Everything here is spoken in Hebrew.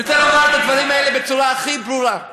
אני רוצה לומר את הדברים האלה בצורה הכי ברורה,